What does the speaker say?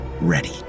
Ready